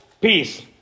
peace